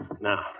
Now